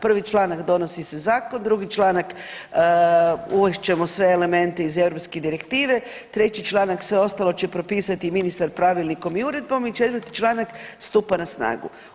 Prvi članak donosi se zakon, drugi članak uvest ćemo sve elemente iz Europske direktive, treći članak sve ostalo će propisati ministar pravilnikom i uredbom i četvrti članak stupa na snagu.